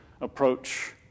approach